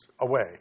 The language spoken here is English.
away